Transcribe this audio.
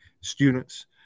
students